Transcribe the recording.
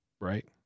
right